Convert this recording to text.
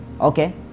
okay